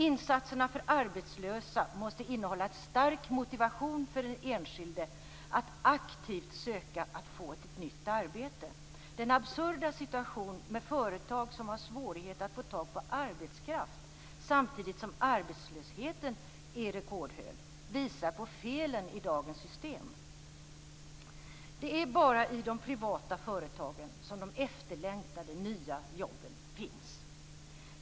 Insatserna för arbetslösa måste innehålla stark motivation för den enskilde att aktivt försöka att få ett nytt arbete. Den absurda situationen med företag som har svårigheter att få tag på arbetskraft samtidigt som arbetslösheten är rekordhög visar på felen i dagens system. Det är bara i de privata företagen som de efterlängtade nya jobben finns.